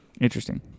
Interesting